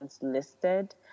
listed